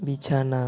বিছানা